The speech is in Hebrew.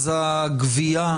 אז הגבייה,